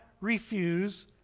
refuse